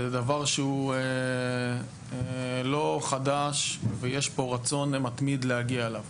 זה דבר שהוא לא חדש ויש פה רצון מתמיד להגיע אליו.